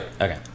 Okay